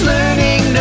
Learning